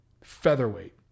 featherweight